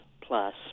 Plus